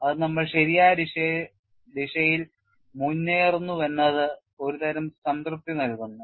അത് നമ്മൾ ശരിയായ ദിശയിൽ മുന്നേറുന്നുവെന്നത് ഒരുതരം സംതൃപ്തി നൽകുന്നു